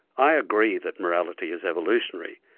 i agree that morality is evolutionary,